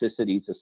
toxicities